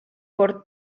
por